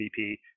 MVP